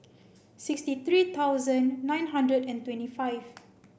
sixty three thousand nine hundred and twenty five